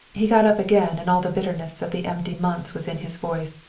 he got up again and all the bitterness of the empty months was in his voice.